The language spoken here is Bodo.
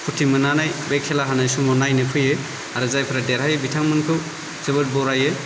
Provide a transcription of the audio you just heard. फुरथि मोननानै बे खेला होनाय समाव नायनो फैयो आरो जायफोरा देरहायो बिथांमोनखौ जोबोर बरायो